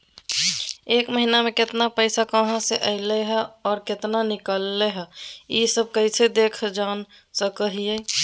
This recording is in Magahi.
एक महीना में केतना पैसा कहा से अयले है और केतना निकले हैं, ई सब कैसे देख जान सको हियय?